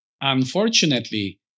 Unfortunately